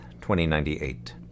2098